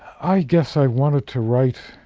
i guess i wanted to write